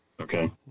Okay